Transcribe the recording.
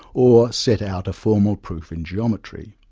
or set out a formal proof in geometry.